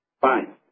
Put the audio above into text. fine